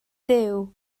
duw